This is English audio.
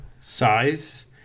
size